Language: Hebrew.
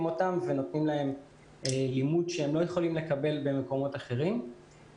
אותם ונותנים להם לימוד שהם לא יכולים לקבל במקומות אחרים,